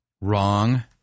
Wrong